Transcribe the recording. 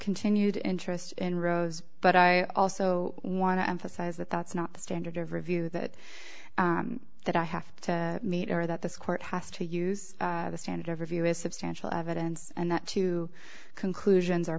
continued interest in rows but i also want to emphasize that that's not the standard of review that that i have to meet or that this court has to use the standard of review is substantial evidence and that two conclusions are